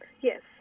Yes